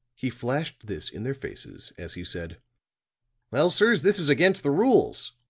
he flashed this in their faces as he said well, sirs, this is against the rules.